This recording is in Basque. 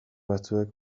batzuek